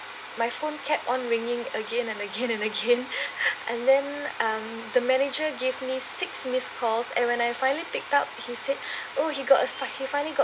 my phone kept on ringing again and again and again and then um the manager gave me six missed calls and when I finally picked up he said or he got as he finally got